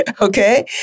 Okay